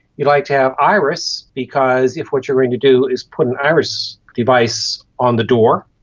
you'd like to have iris because if what you are going to do is put an iris device on the door,